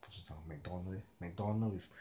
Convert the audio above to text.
不知道 MacDonald leh MacDonald with